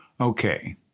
Okay